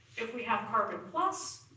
if we have carbon plus,